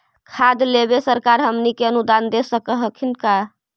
खाद लेबे सरकार हमनी के अनुदान दे सकखिन हे का?